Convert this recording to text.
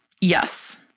Yes